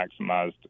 maximized